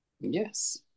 Yes